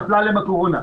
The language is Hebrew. נפלה עליהם הקורונה,